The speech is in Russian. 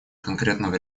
конкретного